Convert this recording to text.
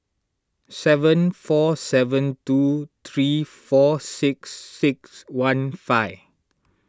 seven four seven two three four six six one five